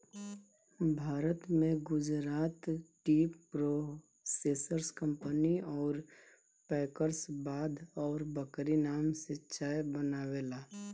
भारत में Gujarat tea processors company अउर packers बाघ और बकरी नाम से चाय बनावेला